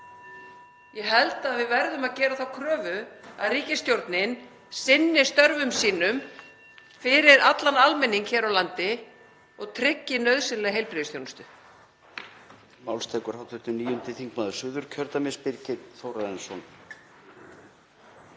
Ég held að við verðum að gera þá kröfu að ríkisstjórnin sinni störfum sínum fyrir allan almenning hér á landi og tryggi nauðsynlega heilbrigðisþjónustu.